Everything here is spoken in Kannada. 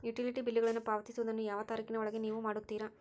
ಯುಟಿಲಿಟಿ ಬಿಲ್ಲುಗಳನ್ನು ಪಾವತಿಸುವದನ್ನು ಯಾವ ತಾರೇಖಿನ ಒಳಗೆ ನೇವು ಮಾಡುತ್ತೇರಾ?